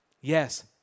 Yes